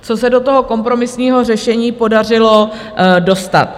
... co se do toho kompromisního řešení podařilo dostat.